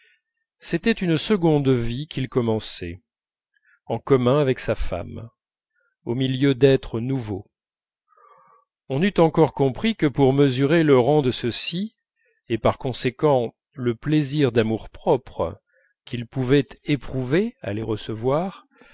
c'était une seconde vie qu'il commençait en commun avec sa femme au milieu d'êtres nouveaux on eût encore compris que pour mesurer le rang de ceux-ci et par conséquent le plaisir d'amour-propre qu'il pouvait éprouver à les recevoir